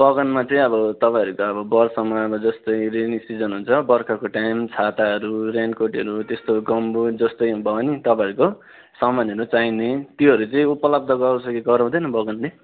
बगानमा चाहिँ अब तपाईँहरूको अब बर्खामा अब जस्तै रेनी सिजन हुन्छ बर्खाको टाइम छाताहरू रेनकोटहरू त्यस्तो गम्बुट जस्तै भयो नि तपाईँहरूको सामानहरू चाहिने त्योहरू चाहिँ उपलब्ध गराउँछ कि गराउँदैन बगानले